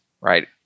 right